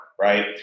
right